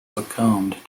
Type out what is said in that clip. succumbed